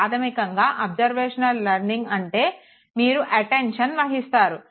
ప్రాధమికంగా observational learning అంటే మీరు అట్టేన్షన్ వహిస్తారు